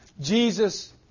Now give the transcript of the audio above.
Jesus